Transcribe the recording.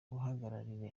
guhagararira